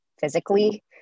physically